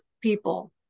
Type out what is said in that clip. people